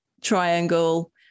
triangle